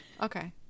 Okay